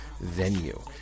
Venue